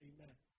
Amen